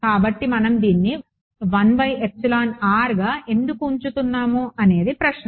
కాబట్టి మనం దీన్ని గా ఎందుకు ఉంచుతున్నాము అనేది ప్రశ్న